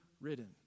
ridden